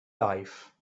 life